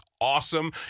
awesome